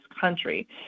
country